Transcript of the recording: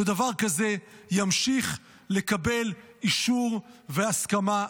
שדבר כזה ימשיך לקבל אישור והסכמה.